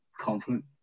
confident